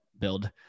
build